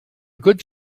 good